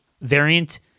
variant